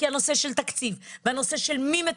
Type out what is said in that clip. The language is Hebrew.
פועלים בנושא של תקציב, בנושא של מי מטפל,